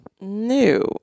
No